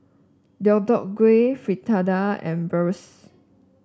Deodeok Gui Fritada and Bratwurst